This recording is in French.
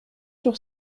sur